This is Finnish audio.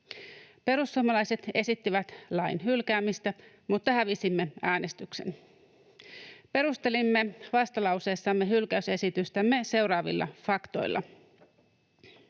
Perussuomalaiset esittivät lain hylkäämistä, mutta hävisimme äänestyksen. Perustelimme vastalauseessamme hylkäysesitystämme seuraavilla faktoilla: